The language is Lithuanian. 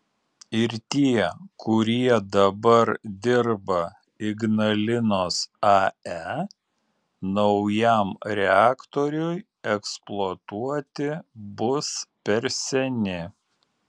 ir tie kurie dabar dirba ignalinos ae naujam reaktoriui eksploatuoti bus per seni